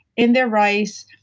in their rice.